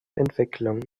entwicklung